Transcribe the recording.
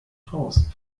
raus